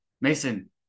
mason